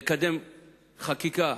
ולקדם חקיקה